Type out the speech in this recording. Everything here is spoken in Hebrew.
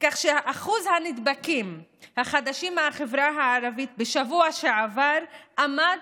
שאחוז הנדבקים החדשים מהחברה הערבית בשבוע שעבר עמד